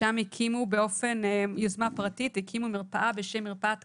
שם הקימו באופן וביוזמה פרטית מרפאה בשם "מרפאת קמה",